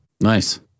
Nice